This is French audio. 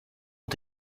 ont